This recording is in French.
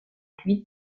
fluide